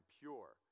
pure